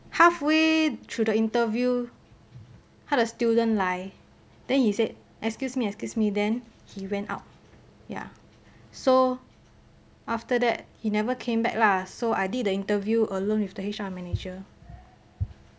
halfway through the interview 他的 student 来 then he said excuse me excuse me then he went out ya so after that he never came back lah so I did the interview alone with the H_R manager